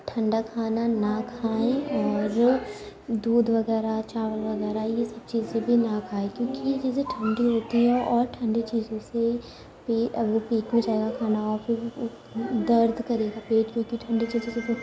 ٹھنڈا کھانا نہ کھائیں اور دودھ وغیرہ چائے وغیرہ یہ سب چیزیں بھی نہ کھائیں کیونکہ یہ چیزیں ٹھنڈی ہوتی ہیں اور ٹھنڈی چیزوں سے وہ پیک بھی جائے گا کھانا اور پھر درد کرے گا پیٹ کیونکہ ٹھنڈی چیزوں سے